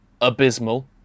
abysmal